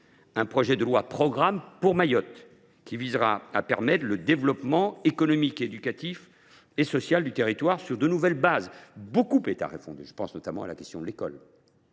un projet de loi programme pour Mayotte, qui visera à permettre le développement économique, éducatif et social du territoire sur de nouvelles bases. Le chantier de refondation est immense. Je pense notamment à la question de l’école.